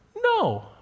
no